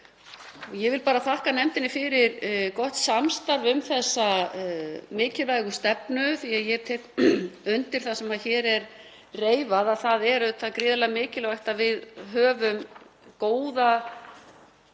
Ég vil þakka nefndinni fyrir gott samstarf um þessa mikilvægu stefnu því að ég tek undir það sem hér er reifað, það er gríðarlega mikilvægt að við höfum góða